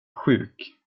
sjuk